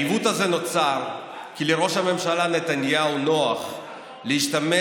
העיוות הזה נוצר כי לראש הממשלה נתניהו נוח להשתמש